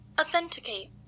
Authenticate